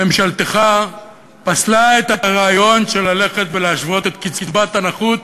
ממשלתך פסלה את הרעיון של ללכת ולהשוות את קצבת הנכות